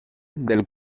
del